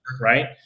right